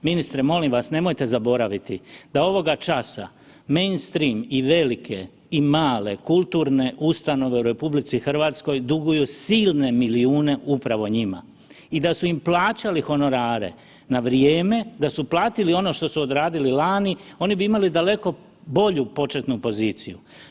Ministre molim vas, nemojte zaboraviti da ovoga časa mainstream i velike i male kulturne ustanove u RH duguju silne milijune upravo njima i da su im plaćali honorare na vrijeme, da su platili ono što su odradili lani, oni bi imali daleko bolju početnu poziciju.